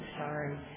sorry